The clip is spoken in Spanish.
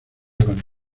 con